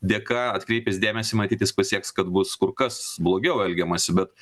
dėka atkreipęs dėmesį matyt jis pasieks kad bus kur kas blogiau elgiamasi bet